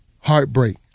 heartbreak